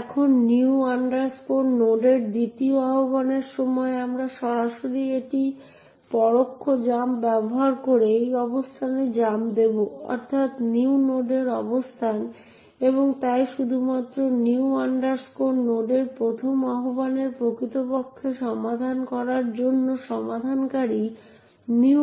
এখন new node এর দ্বিতীয় আহ্বানের সময় আমরা সরাসরি এই পরোক্ষ জাম্প ব্যবহার করে এই অবস্থানে জাম্প দেব অর্থাৎ new node এর অবস্থান এবং তাই শুধুমাত্র new node এর প্রথম আহ্বানের প্রকৃতপক্ষে সমাধান করার জন্য সমাধানকারী new